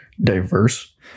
diverse